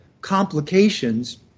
complications